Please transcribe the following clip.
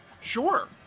Sure